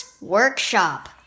Workshop